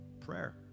Prayer